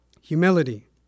Humility